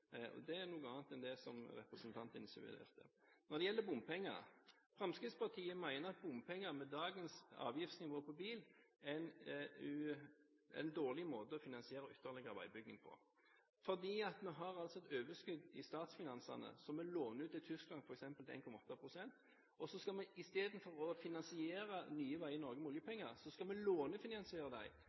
Det er noe annet enn det representanten insinuerte. Når det gjelder bompenger, mener Fremskrittspartiet at bompenger med dagens avgiftsnivå på bil er en dårlig måte å finansiere ytterligere veibygging på. Det er fordi vi har et overskudd i statsfinansene som vi låner ut til Tyskland til f.eks. 1,8 pst rente. Istedenfor å finansiere nye veier i Norge med oljepenger skal vi lånefinansiere